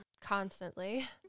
Constantly